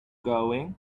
going